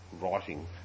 writing